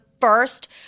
first